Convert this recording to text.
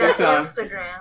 Instagram